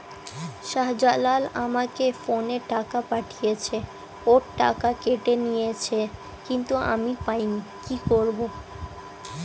শাহ্জালাল আমাকে ফোনে টাকা পাঠিয়েছে, ওর টাকা কেটে নিয়েছে কিন্তু আমি পাইনি, কি করব?